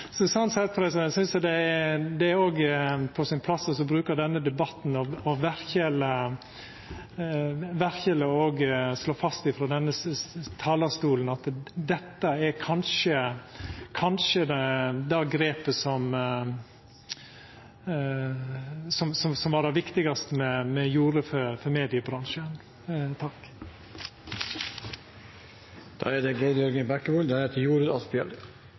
Sånn sett synest eg det er på sin plass å bruka denne debatten og verkeleg slå fast frå denne talarstolen at dette er kanskje det grepet som var det viktigaste me gjorde for mediebransjen. Aller først, når det